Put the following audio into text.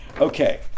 Okay